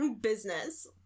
business